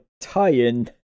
tie-in